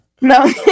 No